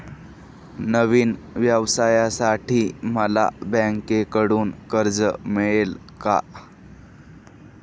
नवीन व्यवसायासाठी मला बँकेकडून कर्ज मिळेल का?